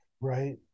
Right